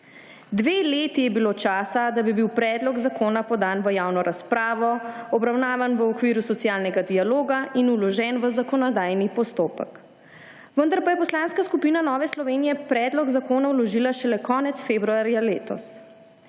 Dve leti je bilo časa, da bi bil predlog zakona podan v javno razpravo, obravnavan bo v okviru socialnega dialoga in vložen v zakonodajni postopek. Vendar pa je Poslanske skupine Nove Slovenije predlog zakona vložila šele konec februarja letos.